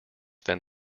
then